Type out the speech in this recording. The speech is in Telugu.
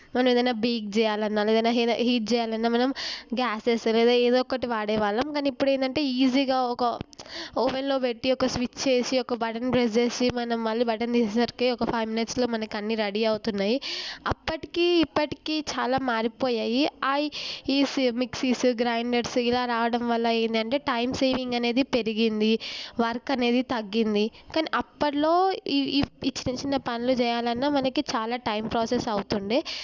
మనం ఏదైనా బేక్ చేయాలి అన్న లేదంటే ఏదైనా హిట్ చేయాలంటే మనం గ్యాసెస్ లేదా ఏదో ఒకటి వాడే వాళ్ళం కానీ ఇప్పుడు ఏంటంటే ఈజీగా ఒక ఓవెన్లో పెట్టి ఒక స్విచ్ చేసి ఒక బటన్ ప్రెస్ చేసి మళ్ళీ మనం బటన్ వేసేసరికి ఒక ఫైవ్ మినిట్స్లో మనకు అన్ని రెడీ అవుతున్నాయి అప్పటికి ఇప్పటికీ చాలా మారిపోయాయి ఈ మిక్సీస్ గ్రైండర్స్ ఇలా రావడం వల్ల ఏంటంటే టైం సేవింగ్ పెరిగింది వర్క్ అనేది తగ్గింది కానీ అప్పట్లో ఈ ఈ చిన్న చిన్న పనులు చేయాలన్నా మనకి చాలా టైం ప్రాసెస్ అవుతుండే